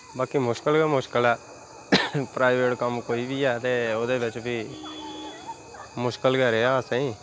बाकी मुशकल गै मुश्कल ऐ प्राइवेट कम्म कोई बी ऐ ते ओह्दे बिच्च बी मुश्कल गै रेहा असें गी